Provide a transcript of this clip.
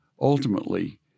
ultimately